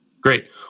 great